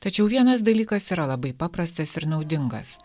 tačiau vienas dalykas yra labai paprastas ir naudingas